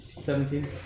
Seventeen